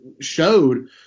showed